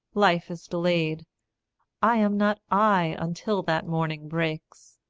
life is delayed i am not i until that morning breaks,